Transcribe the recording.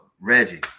Reggie